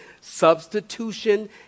Substitution